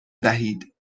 دهید